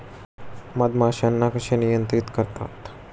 मधमाश्यांना कसे नियंत्रित करतात?